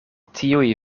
tiuj